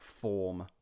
form